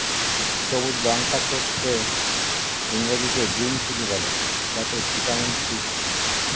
সবুজ লঙ্কা কে ইংরেজিতে গ্রীন চিলি বলে যাতে ভিটামিন সি থাকে